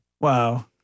Wow